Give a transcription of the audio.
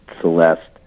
Celeste